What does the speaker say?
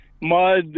mud